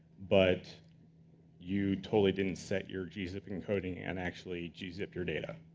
but you totally didn't set your gzip encoding, and actually gzip your data.